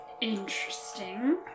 Interesting